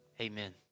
Amen